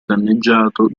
danneggiato